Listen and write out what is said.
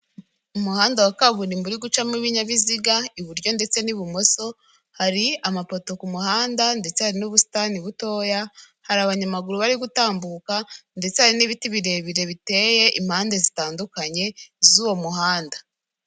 Umuhanda wa kaburimbo uri gucamo ibinyabiziga iburyo ndetse n'ibumoso hari amapoto ku muhanda ndetse hari n'ubusitani butoya hari abanyamaguru bari gutambuka ndetse hari n'ibiti birebire biteye impande zitandukanye z'uwo muhanda.